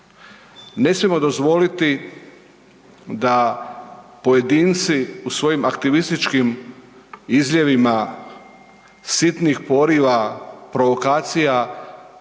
Ne smijemo dozvoliti da pojedinci u svojim aktivističkim izljevima sitnih poriva, provokacija